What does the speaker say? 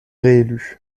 réélu